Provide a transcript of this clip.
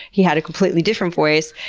he had a completely different voice.